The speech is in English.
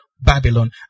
Babylon